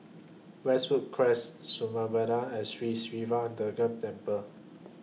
Westwood Cress Samudera and Sri Siva Durga Temple